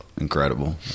incredible